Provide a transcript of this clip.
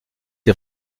est